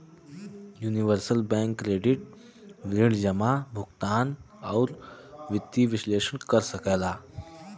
universal bank credit ऋण जमा, भुगतान, आउर वित्तीय विश्लेषण कर सकला